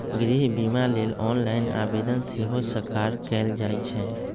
गृह बिमा लेल ऑनलाइन आवेदन सेहो सकार कएल जाइ छइ